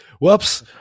whoops